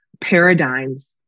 paradigms